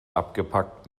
abgepackt